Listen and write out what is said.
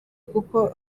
kuko